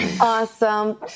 Awesome